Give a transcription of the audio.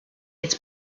its